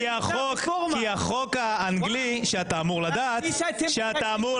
כי בער לך, רבע שעה בערה